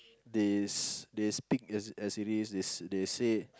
they s~ speak as as it is they they said